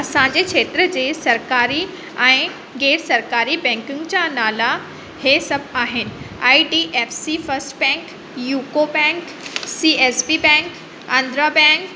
असांजे क्षेत्र जे सरकारी ऐं ग़ैर सरकारी बैंकुनि जा नाला हे सभु आहे I D F C first bank UCO bank C S B bank Andhra bank